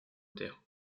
terre